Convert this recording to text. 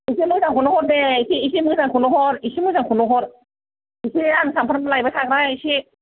एसे मोजांखौनो हर दे एसे एसे मोजांखौनो हर एसे मोजांखौनो हर एसे आं सानफ्रामबो लायबाय थाग्रा एसे